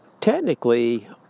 Technically